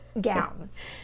gowns